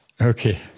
Okay